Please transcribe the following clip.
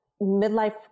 midlife